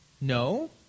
no